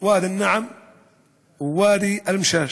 ואדי-אלנעם וואדי-אל-משאש,